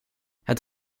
het